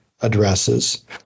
addresses